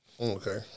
Okay